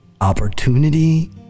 opportunity